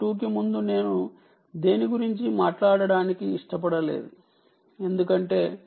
2 కి ముందు నేను దేని గురించి మాట్లాడటానికి ఇష్టపడలేదు ఎందుకంటే 4